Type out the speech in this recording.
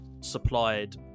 supplied